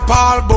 Paul